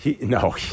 No